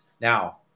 Now